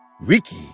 Ricky